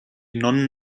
nonnen